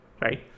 right